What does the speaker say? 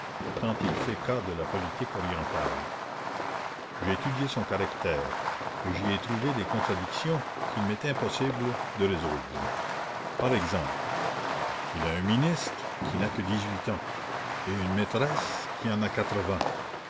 tant il fait cas de la politique orientale j'ai étudié son caractère et j'y ai trouvé des contradictions qu'il m'est impossible de résoudre par exemple il a un ministre qui n'a que dix-huit ans et une maîtresse qui en a quatre-vingts